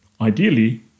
Ideally